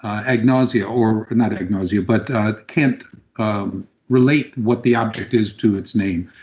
agnosia or, not agnosia but can't um relate what the object is to its name.